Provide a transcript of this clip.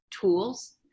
tools